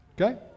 okay